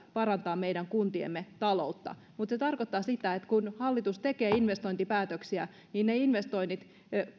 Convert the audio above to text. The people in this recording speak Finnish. parantaa meidän kuntiemme taloutta mutta se tarkoittaa sitä että kun hallitus tekee investointipäätöksiä niin ne investoinnit